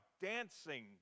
dancing